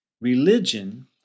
Religion